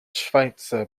schweitzer